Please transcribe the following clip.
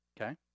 Okay